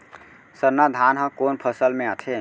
सरना धान ह कोन फसल में आथे?